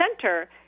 center